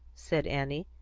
said annie.